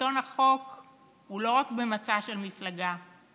שלטון החוק הוא לא רק במצע של מפלגה,